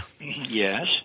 Yes